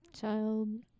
Child